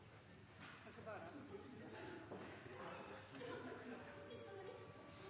jeg bare